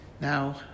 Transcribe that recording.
Now